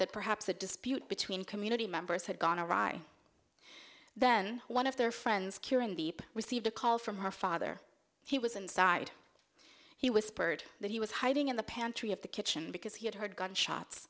that perhaps a dispute between community members had gone awry then one of their friends curing the received a call from her father he was inside he whispered that he was hiding in the pantry of the kitchen because he had heard gunshots